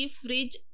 fridge